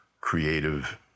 creative